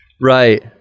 Right